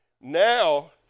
Now